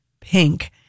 pink